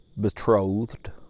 betrothed